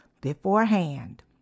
beforehand